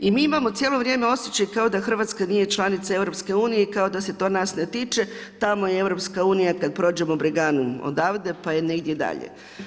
I mi imamo cijelo vrijeme osjećaj kao da Hrvatska nije članica EU i kao da se to nas ne tiče, tamo je EU kada prođemo Breganu odavde pa je negdje dalje.